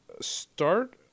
start